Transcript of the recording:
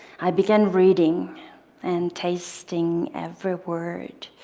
i began reading and tasting every word.